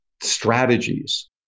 strategies